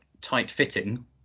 tight-fitting